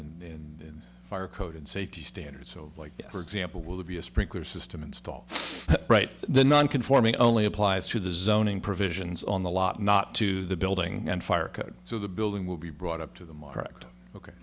safety and fire code and safety standards so like for example will there be a sprinkler system installed right the non conforming only applies to the zoning provisions on the lot not to the building and fire codes so the building will be brought up to the marked ok